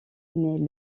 naît